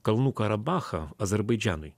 kalnų karabachą azerbaidžanui